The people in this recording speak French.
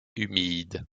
humide